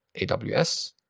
aws